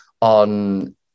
on